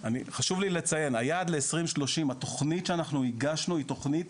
חשוב לי לציין היעד ל-2030 היא התכנית שאנחנו הגשנו והיא התכנית